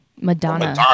Madonna